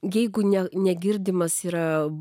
jeigu ne negirdimas yra